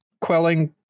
quelling